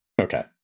Okay